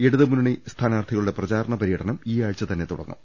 ഇടതുമുന്നണി സ്ഥാനാർത്ഥികളുടെ പ്രചാരണ പരൃട്നം ഈയാഴ്ച്ച തന്നെ തുട ങ്ങും